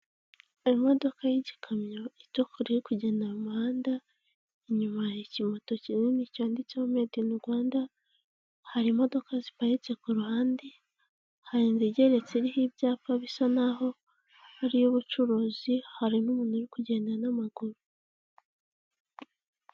Imodoka y'igikamyo itukura irikugenda mu muhanda inyuma hari ikimoto kinini cyanditseho made in Rwanda hari imodoka ziparitse ku ruhande hari inzu izegeretse iriho ibyapa bisa naho ari iy'ubucuruzi hari n'umuntu uri kugenda n' amaguru.